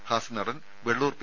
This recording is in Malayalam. ഹാസ്യ നടൻ വെള്ളൂർ പി